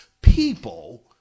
people